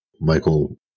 Michael